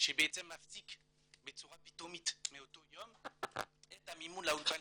שמפסיק בצורה פתאומית מאותו יום את המימון לאולפן,